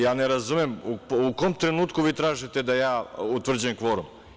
Ja ne razumem u kom trenutku vi tražite da ja utvrđujem kvorum?